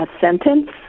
sentence